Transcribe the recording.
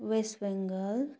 West Bengal